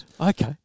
Okay